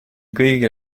kõigil